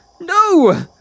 No